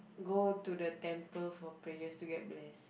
go to the temple for prayers to get blessing